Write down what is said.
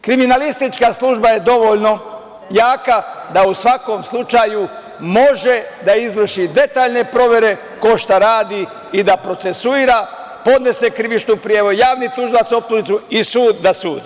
Kriminalistička služba je dovoljno jaka da u svakom slučaju može da izvrši detaljne provere ko šta radi i da procesuira, podnese krivičnu prijavu, javni tužilac optužnicu i sud da sudi.